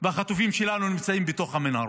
והחטופים שלנו נמצאים בתוך המנהרות.